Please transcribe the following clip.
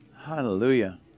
Hallelujah